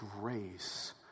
grace